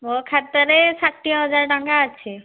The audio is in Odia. ମୋ ଖାତାରେ ଷାଠିଏ ହଜାର ଟଙ୍କା ଅଛି